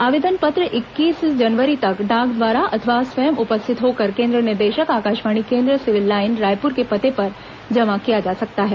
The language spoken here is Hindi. आवेदन पत्र इक्कीस जनवरी तक डाक द्वारा अथवा स्वयं उपस्थित होकर केन्द्र निदेशक आकाशवाणी केन्द्र सिविल लाईन्स रायपुर के पते पर जमा किया जा सकता है